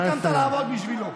שקמת לעבוד בשבילו.